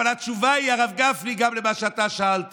אבל התשובה היא, הרב גפני, גם על מה שאתה שאלת: